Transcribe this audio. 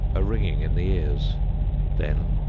a ringing in the ears then,